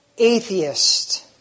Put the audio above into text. atheist